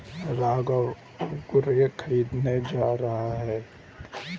राघव उर्वरक खरीदने जा रहा है